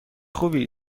خوبی